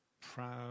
proud